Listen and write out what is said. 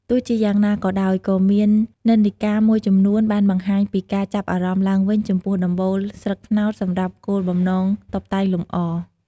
ទោះជាយ៉ាងណាក៏ដោយ ក៏មាននិន្នាការមួយចំនួនបានបង្ហាញពីការចាប់អារម្មណ៍ឡើងវិញចំពោះដំបូលស្លឹកត្នោតសម្រាប់គោលបំណងតុបតែងលម្អ។